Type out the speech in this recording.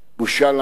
בושה לנו.